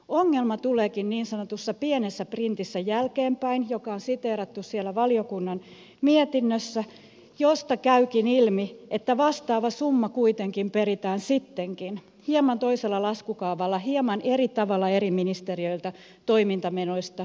ongelma tuleekin niin sanotussa pienessä printissä jälkeenpäin joka on siteerattu siellä valiokunnan mietinnössä josta käykin ilmi että vastaava summa kuitenkin peritään sittenkin hieman toisella laskukaavalla hieman eri tavalla eri ministeriöiltä leikkauksena toimintamenoista